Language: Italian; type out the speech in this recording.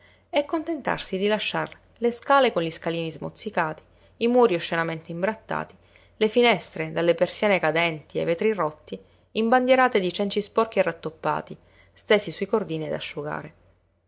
contentarsi di lasciar le scale con gli scalini smozzicati i muri oscenamente imbrattati le finestre dalle persiane cadenti e i vetri rotti imbandierate di cenci sporchi e rattoppati stesi sui cordini ad asciugare